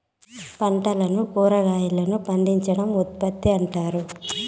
పంటలను కురాగాయలను పండించడం ఉత్పత్తి అంటారు